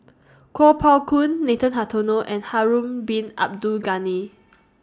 Kuo Pao Kun Nathan Hartono and Harun Bin Abdul Ghani